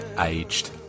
aged